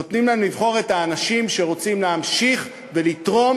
נותנים להם לבחור את האנשים שרוצים להמשיך ולתרום